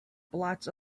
blots